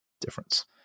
difference